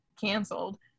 canceled